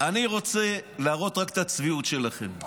אני רוצה להראות רק את הצביעות שלכם.